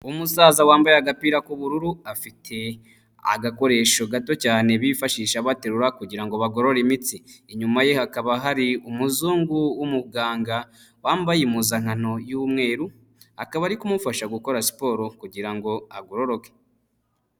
Umusaza wambaye agapira k'ubururu, afite agakoresho gato cyane bifashisha baterura kugira ngo bagorore imitsi, inyuma ye hakaba hari umuzungu w'umuganga, wambaye impuzankano y'umweru, akaba ari kumufasha gukora siporo kugira ngo agororoke.